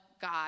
God